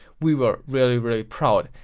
we were really really proud.